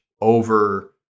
over